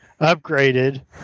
upgraded